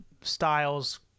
styles